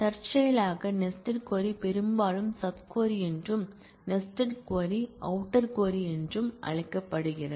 தற்செயலாக nested query பெரும்பாலும் sub query என்றும் நெஸ்டட் க்வரி அவுட்டர் க்வரி என்றும் அழைக்கப்படுகிறது